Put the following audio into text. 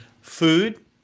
food